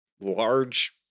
large